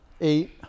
eight